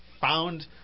found